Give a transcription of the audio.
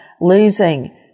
losing